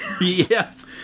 Yes